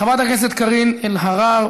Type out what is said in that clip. חברת הכנסת קארין אלהרר,